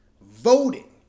voting